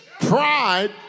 Pride